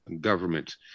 government